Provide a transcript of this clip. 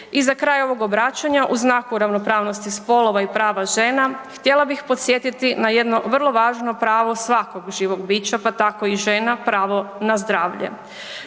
I za kraj ovog obraćanja u znaku ravnopravnosti spolova i prava žena htjela bih podsjetiti na jedno vrlo važno pravo svakog živog bića, pa tako i žena, pravo na zdravlje.